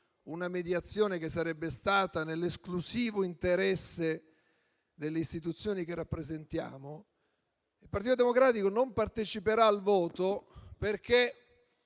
una mediazione che sarebbe stata nell'esclusivo interesse delle istituzioni che rappresentiamo. Il Partito Democratico non parteciperà al voto perché